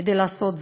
כדי לעשות זאת,